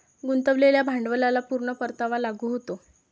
गुंतवलेल्या भांडवलाला पूर्ण परतावा लागू होतो